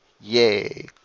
Yay